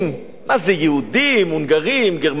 מה זה יהודים, הונגרים, גרמנים?